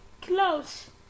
close